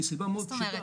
מסיבה מאוד פשוטה.